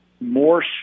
more